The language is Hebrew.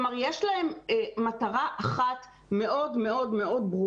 כלומר, יש להם מטרה אחת מאוד ברורה.